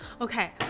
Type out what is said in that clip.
Okay